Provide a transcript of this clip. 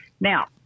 now